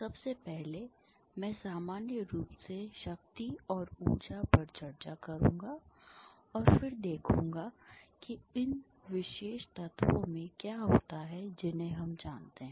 सबसे पहले मैं सामान्य रूप से शक्ति और ऊर्जा पर चर्चा करूंगा और फिर देखूंगा कि उन विशेष तत्वों में क्या होता है जिन्हें हम जानते हैं